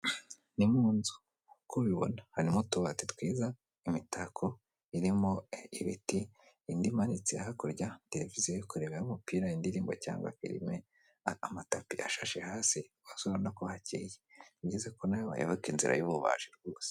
Ni mu nzu nkuko ubibona harimo utubati twiza, imitako irimo ibiti, indi imanitse hakurya, televisiyo yo kureberaho umupira, indirimbo cyangwa firime, amatapi ashashe hasi rwose urabona ko hakeye ni byiza ko nawe wayoboka inzira y'ububaji rwose.